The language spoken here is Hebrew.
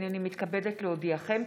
הינני מתכבדת להודיעכם,